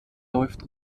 läuft